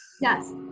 Yes